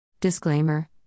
Disclaimer